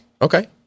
Okay